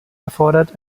erfordert